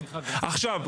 עכשיו,